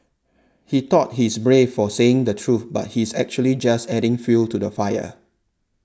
he thought he's brave for saying the truth but he's actually just adding fuel to the fire